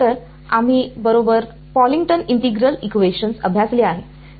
तर आम्ही बरोबर पॉकलिंग्टन इंटिग्रल समीकरण अभ्यासले आहे